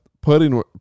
pudding